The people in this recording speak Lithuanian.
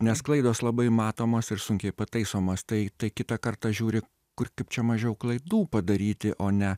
nes klaidos labai matomos ir sunkiai pataisomos tai tai kitą kartą žiūri kur kaip čia mažiau klaidų padaryti o ne